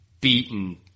beaten